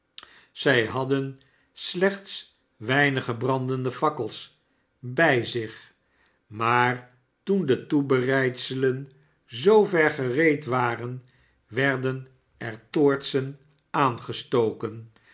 zij hadden slechts weimge brandende fakkels bij zich maar toen de toebereidselen zoover gereed waren werden er toortsen aangestoken